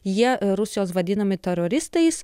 jie rusijos vadinami teroristais